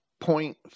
point